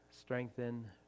strengthen